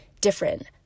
different